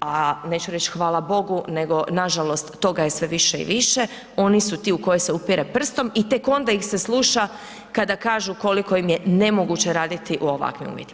a neću reći hvala Bogu nego nažalost toga je sve više, oni su ti u koje se upire prstom i tek onda ih se sluša kada kažu koliko im je nemoguće raditi u ovakvim uvjetima.